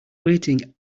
waiting